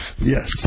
Yes